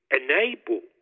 enable